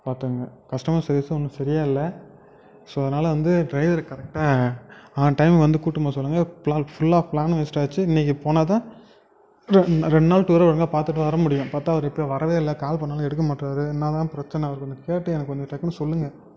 பார்த்துங்க customer service ஒன்றும் சரியாக இல்லை ஸோ அதனால வந்து ட்ரைவரு கரெக்டாக ஆன் டைமுக்கு வந்து கூட்டுன்னு போக சொல்லுங்கள் ப்ளால் ஃபுல்லாக ப்ளானும் வேஸ்டாக ஆகிடுச்சி இன்றைக்கு போனால் தான் ரெண் ரெண்டு நாள் டூரை ஒழுங்கா பார்த்துட்டு வர முடியும் பார்த்தா அவர் இப்போ வரவே இல்லை கால் பண்ணாலும் எடுக்க மாட்டுறாரு என்ன தான் பிரச்சின அவருக்கு கொஞ்சம் கேட்டு எனக்கு கொஞ்சம் டக்குனு சொல்லுங்கள்